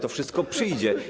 To wszystko przyjdzie.